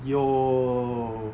yo